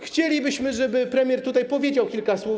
Chcielibyśmy, żeby premier tutaj powiedział kilka słów.